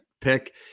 pick